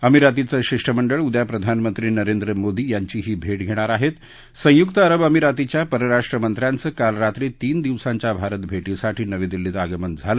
अमिरातीचं शिष्टमंडळ उद्या प्रधानमंत्री नरेंद्र मोदी यांचीही भर्षांच्यार आहेत संयुक्त अरब अमिरातीच्या परराष्ट्र मंत्र्यांच काल रात्री तीन दिवसांच्या भारत भटींसाठी नवी दिल्लीत आगमन झालं